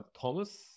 Thomas